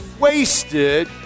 wasted